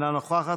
אינה נוכחת,